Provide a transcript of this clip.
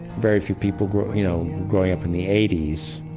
very few people growing you know growing up in the eighty s,